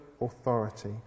authority